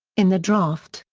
in the draft,